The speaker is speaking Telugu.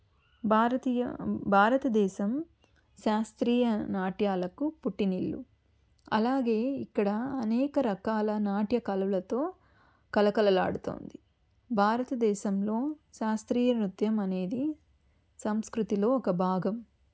భారతీయ భారతదేశం శాస్త్రీయ నాట్యాలకు పుట్టినిల్లు అలాగే ఇక్కడ అనేక రకాల నాట్య కళలతో కలకలలాడుతోంది భారతదేశంలో శాస్త్రీయ నృత్యం అనేది సంస్కృతిలో ఒక భాగం